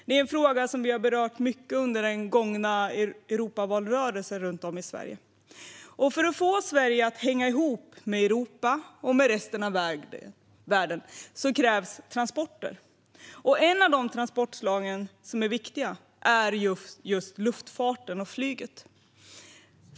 Det är en fråga som vi har berört mycket under den gångna Europavalrörelsen runt om i Sverige. För att få Sverige att hänga ihop med Europa och med resten av världen krävs det transporter. Ett av de transportslag som är viktigt är just luftfarten, flyget.